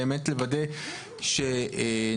תודה רבה, הישיבה נעולה.